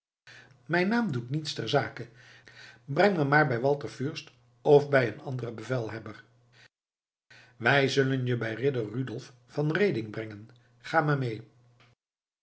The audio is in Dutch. mijn naam doet niets ter zake breng me maar bij walter fürst of bij een anderen bevelhebber wij zullen je bij ridder rudolf van reding brengen ga maar mee